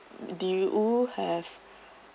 do you have